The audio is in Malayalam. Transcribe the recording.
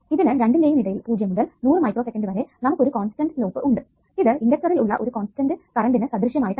ഇതിനു രണ്ടിന്റെയും ഇടയിൽ 0 മുതൽ 100 മൈക്രോസെക്കൻഡ് വരെ നമുക്ക് ഒരു കോൺസ്റ്റന്റ് സ്ലോപ്പ് ഉണ്ട് ഇത് ഇണ്ടക്ടറിൽ ഉള്ള ഒരു കോൺസ്റ്റന്റ് കറണ്ടിനു സദൃശമായിട്ടാണ്